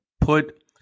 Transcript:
put